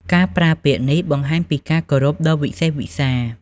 ការប្រើពាក្យនេះបង្ហាញពីការគោរពដ៏វិសេសវិសាល។